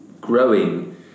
growing